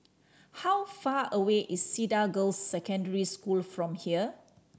how far away is Cedar Girls' Secondary School from here